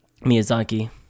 Miyazaki